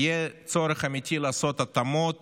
יהיה צורך אמיתי לעשות התאמות